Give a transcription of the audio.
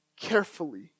carefully